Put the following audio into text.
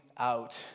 Out